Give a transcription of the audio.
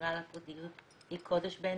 ושמירה על הפרטיות היא קודש בעינינו,